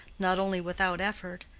not only without effort,